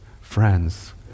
friends